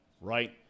right